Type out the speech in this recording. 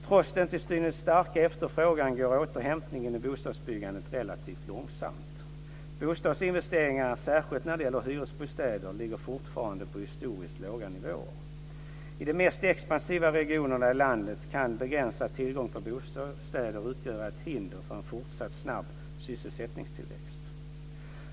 Trots den till synes starka efterfrågan går återhämtningen i bostadsbyggandet relativt långsamt. Bostadsinvesteringarna - särskilt när det gäller hyresbostäder - ligger fortfarande på historiskt sett låga nivåer. I de mest expansiva regionerna av landet kan begränsad tillgång på bostäder utgöra ett hinder för en fortsatt snabb sysselsättningstillväxt.